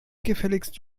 gefälligst